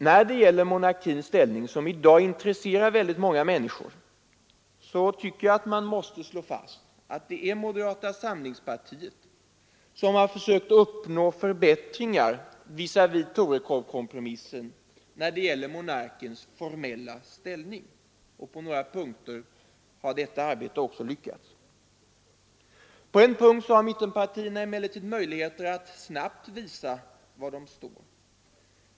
När det gäller monarkins formella ställning, som i dag intresserar många människor, måste man slå fast att det är moderata samlingspartiet som har försökt uppnå förbättringar visavi Torekovkompromissen. På några punkter har också detta arbete lyckats. På en punkt har mittenpartierna emellertid möjligheter att snabbt visa var de står.